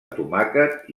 tomàquet